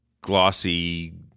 glossy